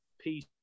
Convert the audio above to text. piece